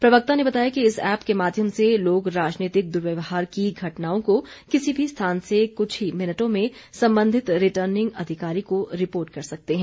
प्रवक्ता ने बताया कि इस ऐप्प के माध्यम से लोग राजनैतिक दुर्व्यवहार की घटनाओं को किसी भी स्थान से कुछ ही मिनटों में संबंधित रिर्टनिंग अधिकारी को रिपोर्ट कर सकते हैं